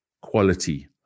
quality